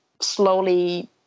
slowly